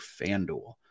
FanDuel